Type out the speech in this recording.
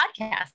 podcast